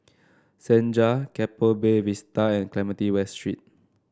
Senja Keppel Bay Vista and Clementi West Street